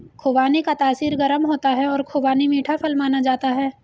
खुबानी का तासीर गर्म होता है और खुबानी मीठा फल माना जाता है